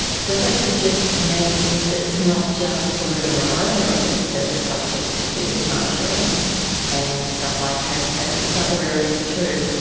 so that suggests to me that it's not just the really remote areas that are subject to these margarines and the high trans fats, it's other areas too.